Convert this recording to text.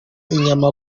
inyama